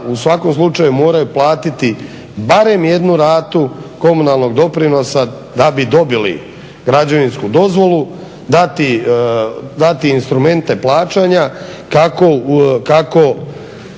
u svakom slučaju moraju platiti barem jednu ratu komunalnog doprinosa da bi dobili građevinsku dozvolu, dati instrumente plaćanja kako